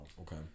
Okay